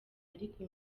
ariko